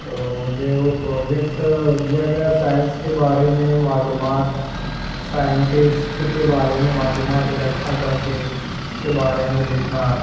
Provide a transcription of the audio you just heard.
تو مجھے وہ پروجیکٹ دیا گیا سائنس کے بارے میں معلومات سائنٹسٹ کے بارے میں معلومات اکٹھا کر کے اس کے بارے میں لکھنا